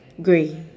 grey